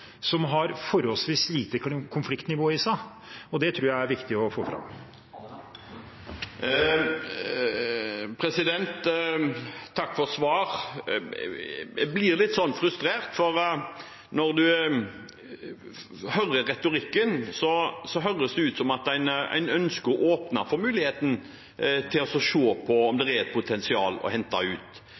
som har forholdsvis lite konfliktnivå i seg, og det tror jeg er viktig å få med. Takk for svaret. Jeg blir litt frustrert, for når man hører på retorikken, høres det ut som om man ønsker å åpne for muligheten til å se på om det er et potensial å hente ut,